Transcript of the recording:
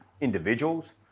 individuals